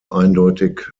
eindeutig